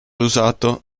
usato